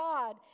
God